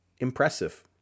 Impressive